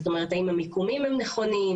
זאת אומרת, האם המיקומים הם נכונים.